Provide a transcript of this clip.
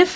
F